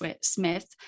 Smith